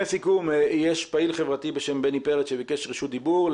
הסיכום יש פעיל חברתי בשם בני פרץ שביקש רשות דיבור,